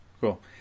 Cool